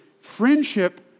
friendship